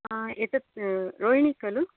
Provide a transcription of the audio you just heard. आ एतत् रोहिणी खलु